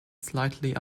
slightly